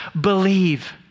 believe